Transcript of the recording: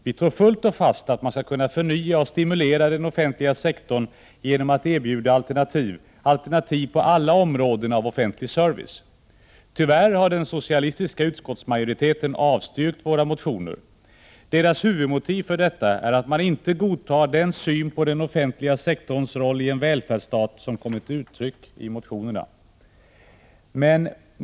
Vi tror fullt och fast att man skulle kunna förnya och stimulera den offentliga sektorn genom att erbjuda alternativ — alternativ inom alla områden av offentlig service. Tyvärr har den socialistiska utskottsmajoriteten avstyrkt våra motioner. Huvudmotivet för detta är att de inte kan godta den syn på den offentliga sektorns roll i en välfärdsstat som kommit till uttryck i motionerna.